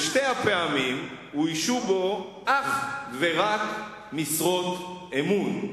בשתי הפעמים הוא אויש אך ורק במשרות אמון.